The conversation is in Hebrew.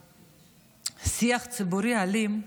השיח הציבורי האלים,